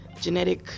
genetic